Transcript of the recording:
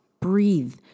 breathe